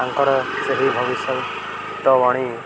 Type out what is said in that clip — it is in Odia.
ତାଙ୍କର ସେହି ଭବିଷ୍ୟତବାଣୀ